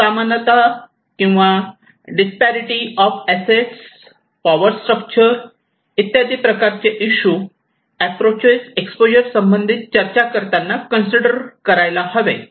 असमानता किंवा disparities of assets power structure इत्यादी प्रकारचे इशू अॅप्रोचेस एक्सपोजर संबंधित चर्चा करताना कन्सिडर करायला हवेत